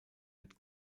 wird